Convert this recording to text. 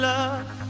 Love